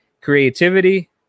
creativity